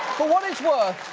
for what it's worth,